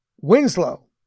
Winslow